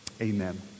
Amen